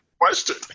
question